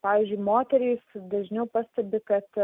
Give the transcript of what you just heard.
pavyzdžiui moterys dažniau pastebi kad